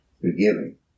forgiving